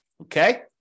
Okay